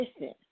Listen